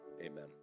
Amen